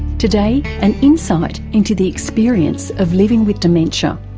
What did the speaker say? today, an insight into the experience of living with dementia.